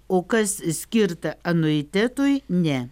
o kas skirta anuitetui ne